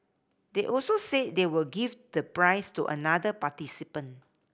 they also said they will give the prize to another participant